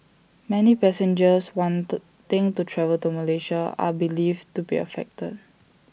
many passengers wanting to travel to Malaysia are believed to be affected